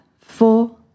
four